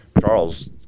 Charles